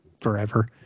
forever